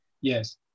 yes